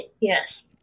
Yes